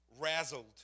razzled